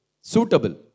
suitable